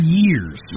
years